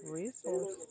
resource